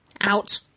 Out